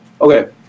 Okay